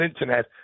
internet